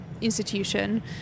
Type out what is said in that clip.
institution